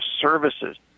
services